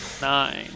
nine